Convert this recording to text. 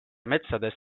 metsades